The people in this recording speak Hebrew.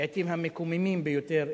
לעתים המקוממים ביותר,